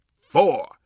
four